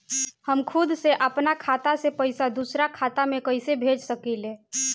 हम खुद से अपना खाता से पइसा दूसरा खाता में कइसे भेज सकी ले?